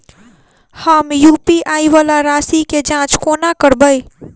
हम यु.पी.आई वला राशि केँ जाँच कोना करबै?